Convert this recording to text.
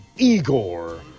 Igor